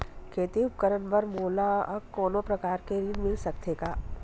खेती उपकरण बर मोला कोनो प्रकार के ऋण मिल सकथे का?